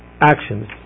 actions